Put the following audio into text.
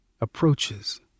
approaches